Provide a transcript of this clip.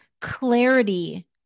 clarity